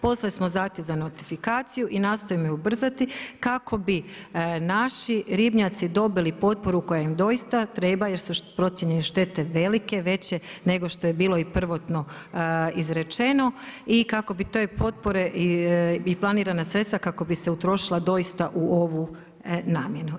Poslali smo zahtjev za notifikacijom i nastojimo je ubrzati kako bi naši ribnjaci dobili potporu koja im doista treba jer su procijenjene štete velike, veće nego što je bilo i prvotno izrečeno i kako bi te potpore i planirana sredstva kako bi se utrošila doista u ovu namjenu.